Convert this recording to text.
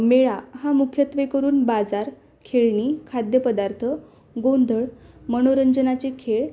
मेळा हा मुख्यत्वे करून बाजार खेळणी खाद्यपदार्थ गोंधळ मनोरंजनाचे खेळ